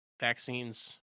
vaccines